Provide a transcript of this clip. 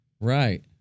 Right